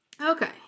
Okay